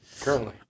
currently